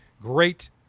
great